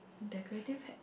decorative hat